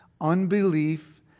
Unbelief